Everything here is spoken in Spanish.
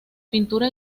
pintura